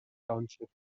township